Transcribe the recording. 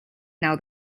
now